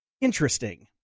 interesting